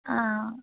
आ